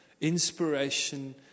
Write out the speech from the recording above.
inspiration